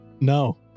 no